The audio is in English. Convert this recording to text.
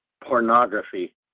pornography